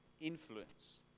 influence